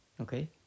okay